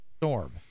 storm